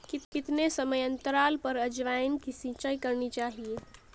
कितने समयांतराल पर अजवायन की सिंचाई करनी चाहिए?